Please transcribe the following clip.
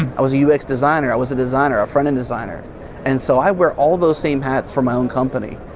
and i was a ux designer, i was a designer, a front end designer and so i wear all those same hats for my own company.